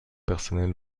personnel